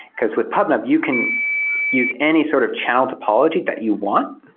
because with pubnub, you can use any sort of channel topology that you want.